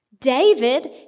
David